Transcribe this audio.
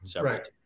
Right